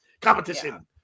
Competition